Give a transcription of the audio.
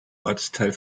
ortsteil